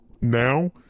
Now